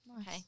Okay